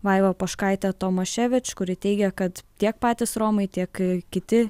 vaiva poškaitė tomaševič kuri teigia kad tiek patys romai tiek kiti